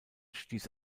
stieß